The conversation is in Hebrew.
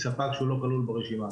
מספק שהוא לא כלול ברשימה.